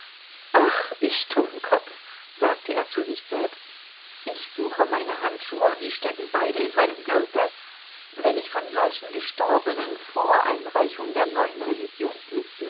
ach ich dummkopf sagte er zu sich selbst ich suche meine handschuhe und die stecken beide in meinem gürtel wenn ich von solchen gestorbenen vor einreichung der neuen